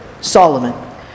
Solomon